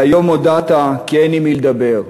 והיום הודעת כי אין עם מי לדבר,